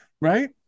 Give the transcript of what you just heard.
Right